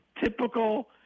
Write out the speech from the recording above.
Typical